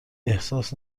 احساس